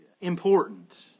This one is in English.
important